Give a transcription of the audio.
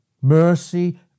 mercy